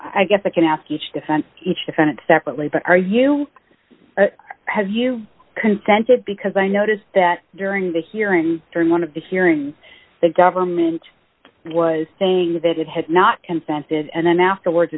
i guess i can ask each defend each defendant separately but are you have you consented because i noticed that during the hearing during one of the hearings the government was saying that it had not consented and then afterwards